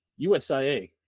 usia